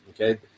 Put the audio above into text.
okay